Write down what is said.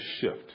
shift